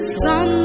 sun